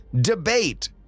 debate